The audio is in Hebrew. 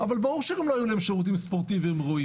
אבל ברור שלא יהיו להם שירותים ספורטיביים ראויים